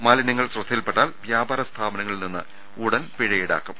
മാലിന്യങ്ങൾ ശ്രദ്ധയിൽപ്പെട്ടാൽ വ്യാപാര സ്ഥാപനങ്ങളിൽ നിന്ന് ഉടൻ പിഴ ഈടാക്കും